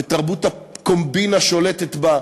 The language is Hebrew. ותרבות הקומבינה שולטת בה,